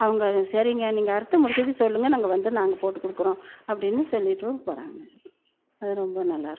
அவங்க சரிங்க நீங்கள் அறுத்து முடித்தது சொல்லுங்கள் நாங்கள் வந்து நாங்கள் போட்டு கொடுக்குறோம் அப்படினு சொல்லிட்டும் போகிறாங்க அது ரொம்ப நல்லாயிருக்கும்